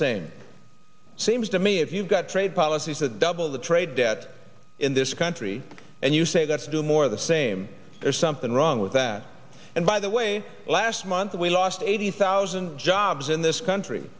same seems to me if you've got trade policies that double the trade debt in this country and you say that's doing more of the same there's something wrong with that and by the way last month we lost eighty thousand jobs in this country